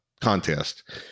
contest